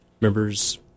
members